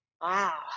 Wow